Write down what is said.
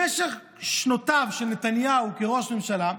במשך שנותיו של נתניהו כראש ממשלה,